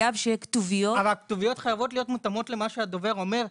אבל הכתוביות חייבות להיות מותאמות למה שהדובר אומר.